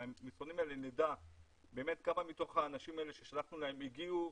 מהמסרונים האלה אנחנו נדע כמה מתוך האנשים האלה ששלחנו אליהם הגיעו,